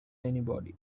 anybody